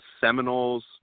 Seminoles